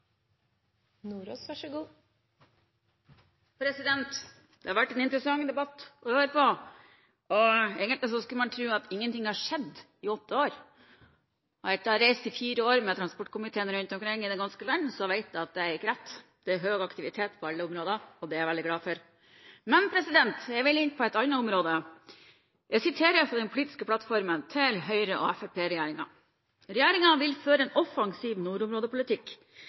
Det har vært en interessant debatt å høre på. Egentlig skulle man tro at ingenting har skjedd i åtte år. Etter å ha reist i fire år med transportkomiteen rundt omkring i det ganske land, vet jeg at det ikke er rett. Det er høy aktivitet på alle områder, og det er jeg veldig glad for. Jeg vil inn på et annet område. Jeg siterer fra den politiske plattformen til Høyre– Fremskrittsparti-regjeringen: «Regjeringen vil føre en offensiv nordområdepolitikk